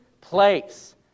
place